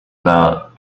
about